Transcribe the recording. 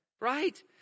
right